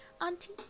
auntie